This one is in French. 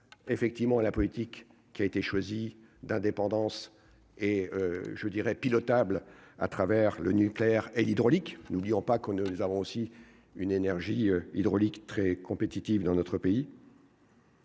effectivement la politique qui a été choisi, d'indépendance et je dirais pilotable à travers le nucléaire et l'hydraulique, n'oublions pas qu'on nous avons aussi une énergie hydraulique très compétitive dans notre pays.